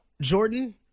Jordan